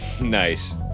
Nice